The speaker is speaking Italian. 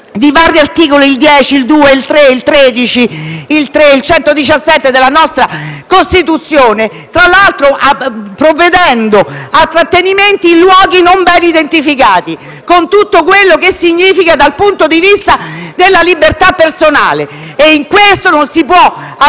di vari articoli (2, 3, 10, 13 e 117) della nostra Costituzione, tra l'altro provvedendo a trattenimenti in luoghi non ben identificati, con tutto quello che significa dal punto di vista della libertà personale. Non si può avere